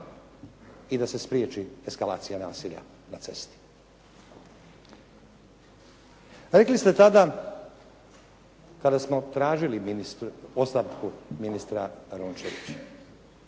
i da se spriječi eskalacija nasilja na cesti. Rekli ste tada kada smo tražili ostavku ministra Rončevića,